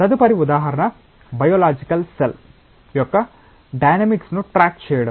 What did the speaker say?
తదుపరి ఉదాహరణ biological cell యొక్క డైనమిక్స్ను ట్రాక్ చేయడం